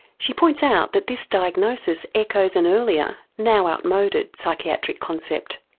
she points out that this diagnosis echoes an earlier, now outmoded, psychiatric concept.